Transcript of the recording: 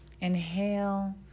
inhale